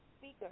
speaker